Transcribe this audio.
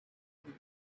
other